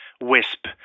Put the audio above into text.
wisp